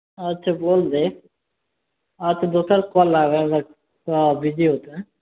अच्छा बोल देब अच्छा दोसर कॉल लागल तऽ बिजी होतै